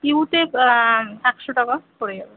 ইউতে একশো টাকা পরে যাবে